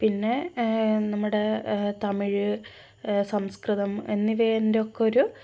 പിന്നെ നമ്മുടെ തമിഴ് സംസ്കൃതം എന്നിവയേൻ്റെ ഒക്കെയൊരു